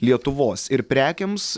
lietuvos ir prekėms